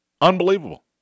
Unbelievable